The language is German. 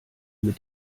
mit